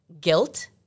guilt